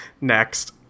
Next